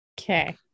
okay